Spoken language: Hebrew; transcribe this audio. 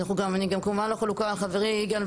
אני כמובן גם לא חלוקה על חברי יגאל,